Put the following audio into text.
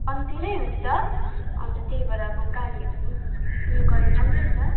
कम्ती नै हुन्छ अन्त त्यही भएर अब गाडीहरू उयो गर्नु राम्रै छ